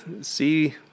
see